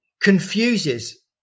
confuses